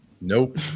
nope